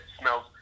smells